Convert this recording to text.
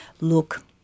look